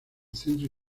centro